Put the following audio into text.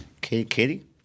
Katie